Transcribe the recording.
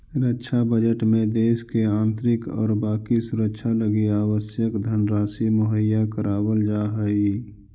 रक्षा बजट में देश के आंतरिक और बाकी सुरक्षा लगी आवश्यक धनराशि मुहैया करावल जा हई